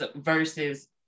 versus